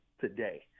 today